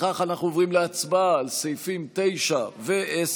לפיכך אנחנו עוברים להצבעה על סעיפים 9 ו-10,